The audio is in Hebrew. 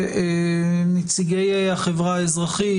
מנציגי החברה האזרחית,